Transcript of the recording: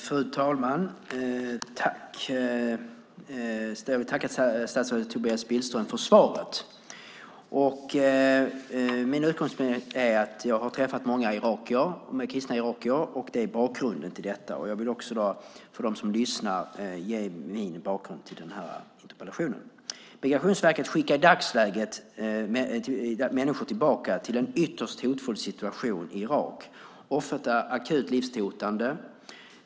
Fru talman! Jag vill tacka statsrådet Tobias Billström för svaret! Min utgångspunkt är att jag har träffat många kristna irakier, och det är bakgrunden till min interpellation. Jag vill också för dem som lyssnar ge min bakgrund till interpellationen. Migrationsverket skickar i dagsläget tillbaka människor till en ytterst hotfull situation i Irak. Ofta är det en akut livshotande situation.